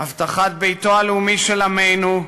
הבטחת ביתו הלאומי של עמנו,